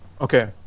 Okay